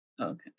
Okay